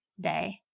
day